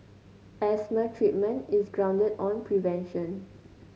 asthma treatment is grounded on prevention